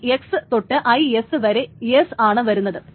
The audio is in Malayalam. IX തൊട്ട് IS വരെ എസ്സ് ആണ് വരുന്നത്